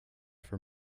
for